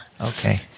Okay